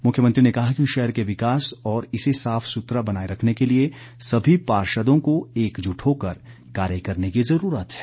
मुख्यमंत्री ने कहा कि शहर के विकास और इसे साफ सुथरा बनाए रखने के लिए सभी पार्षदों को एकजुट होकर कार्य करने की जरूरत है